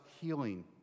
healing